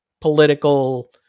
political